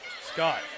Scott